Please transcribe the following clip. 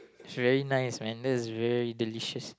is very nice man that is very delicious